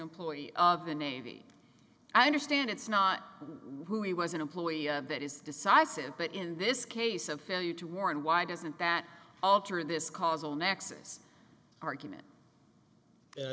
employee of the navy i understand it's not who he was an employee that is decisive but in this case of failure to warn why doesn't that alter this causal nexus argument